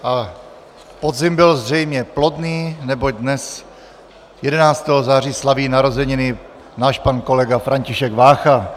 A podzim byl zřejmě plodný, neboť dnes, 11. září, slaví narozeniny náš pan kolega František Vácha.